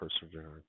perseverance